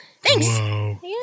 Thanks